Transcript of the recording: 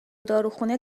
داروخونه